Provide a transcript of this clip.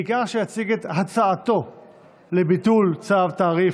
בעיקר שיציג את הצעתו לביטול צו תעריף